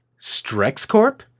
StrexCorp